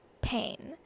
pain